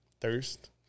thirst